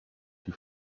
die